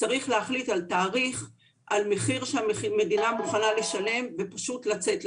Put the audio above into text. צריך להחליט על תאריך ועל מחיר שהמדינה מוכנה לשלם ופשוט לצאת לדרך.